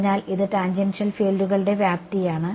അതിനാൽ ഇത് ടാൻജൻഷ്യൽ ഫീൽഡുകളുടെ വ്യാപ്തിയാണ്